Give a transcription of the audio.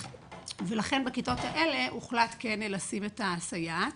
ולכן בכיתות האלה הוחלט לשים את הסייעת,